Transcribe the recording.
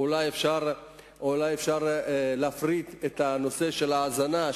אולי אפשר להפריט את נושא ההזנה,